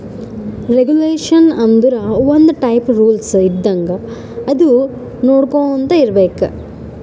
regulation ಆಂದುರ್ ಒಂದ್ type rules ಇದ್ದಂಗ ಅದು ನೊಡ್ಕೊಂತಾ ಇರ್ಬೇಕ್